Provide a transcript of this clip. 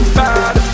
bad